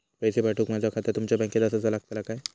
पैसे पाठुक माझा खाता तुमच्या बँकेत आसाचा लागताला काय?